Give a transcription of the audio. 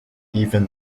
even